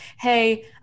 Hey